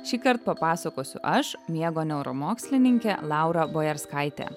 šįkart papasakosiu aš miego neuromokslininkė laura bojarskaitė